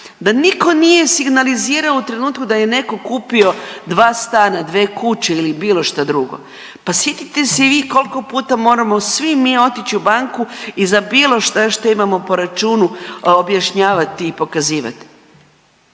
da niko nije signalizirao u trenutku da je neko kupio dva stana, dve kuće ili bilo šta drugo. Pa sjetite se i vi kolko puta moramo svi mi otići u banku i za bilo šta šta imamo po računu objašnjavati i pokazivat.